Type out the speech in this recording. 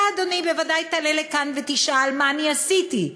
אתה, אדוני, בוודאי תעלה לכאן ותשאל מה אני עשיתי.